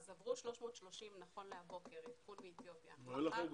אז עברו 330 נכון להבוקר, באתיופיה.